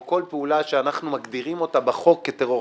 או כל פעולה שאנחנו מגדירים אותה בחוק כטרור,